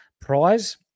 prize